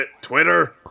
Twitter